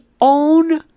own